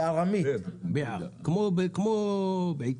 ביעא, כמו בעיטה.